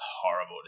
horrible